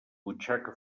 butxaca